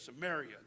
Samaria